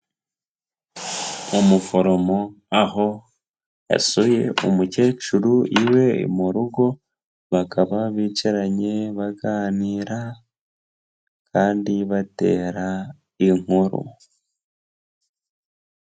Umuforomo aho yasuye umukecuru iwe mu rugo bakaba bicaranye, baganira kandi batera inkuru.